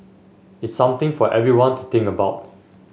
it's something for everyone to think about